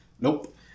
Nope